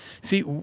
See